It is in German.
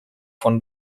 von